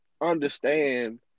understand